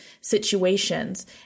situations